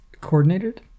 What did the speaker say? coordinated